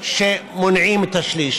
קדימה, נשמע את הגינוי.